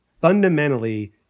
fundamentally